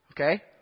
Okay